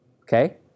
okay